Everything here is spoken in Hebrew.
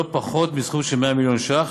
הוא לא פחות מסכום של 100 מיליון ש"ח,